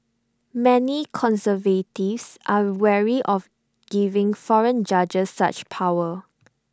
many conservatives are wary of giving foreign judges such power